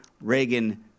Reagan